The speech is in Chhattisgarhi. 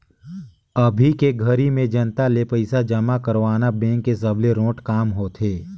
अभी के घरी में जनता ले पइसा जमा करवाना बेंक के सबले रोंट काम होथे